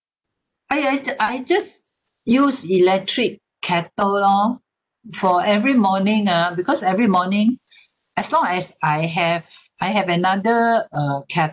I I ju~ I just use electric kettle lor for every morning ah because every morning as long as I have I have another uh kettle